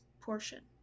portion